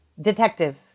Detective